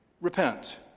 Repent